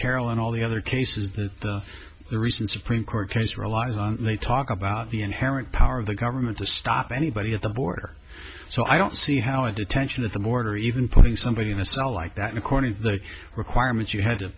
carol and all the other cases the recent supreme court case realize they talk about the inherent power of the government to stop anybody at the border so i don't see how a detention at the border even putting somebody in a cell like that according to the requirements you had to